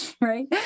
Right